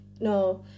No